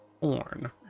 horn